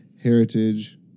Heritage